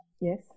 yes